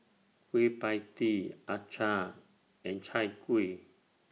Kueh PIE Tee Acar and Chai Kuih